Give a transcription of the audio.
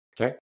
Okay